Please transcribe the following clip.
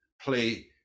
play